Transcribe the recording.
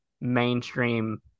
mainstream